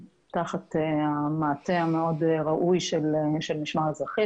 תחת המעטה המאוד ראוי של המשמר האזרחי,